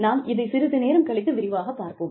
நாம் இதைச் சிறிது நேரம் கழித்து விரிவாகப் பார்ப்போம்